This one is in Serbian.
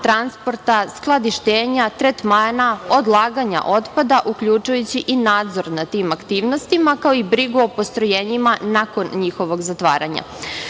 transporta skladištenja, tretmana, odlaganja otpada uključujući i nadzor nad tim aktivnostima kao i brigu o postrojenjima nakon njihovog zatvaranja. Veoma